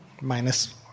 minus